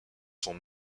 sont